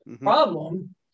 problem